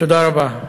תודה רבה.